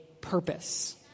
purpose